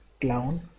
clown